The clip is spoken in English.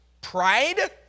Pride